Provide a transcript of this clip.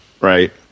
Right